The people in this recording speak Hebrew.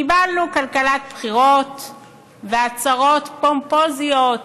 קיבלנו כלכלת בחירות והצהרות פומפוזיות: